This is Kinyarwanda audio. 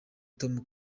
tom